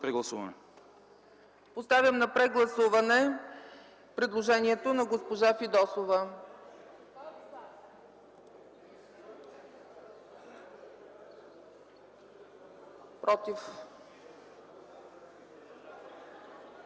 Поставям на гласуване предложението на госпожа Фидосова да